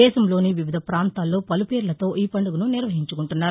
దేశంలోని వివిధ పాంతాల్లో పలు పేర్లతో ఈ పండుగను నిర్వహించుకుంటున్నారు